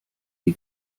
die